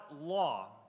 law